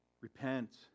Repent